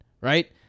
right